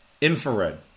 infrared